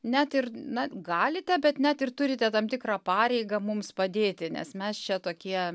net ir na galite bet net ir turite tam tikrą pareigą mums padėti nes mes čia tokie